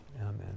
Amen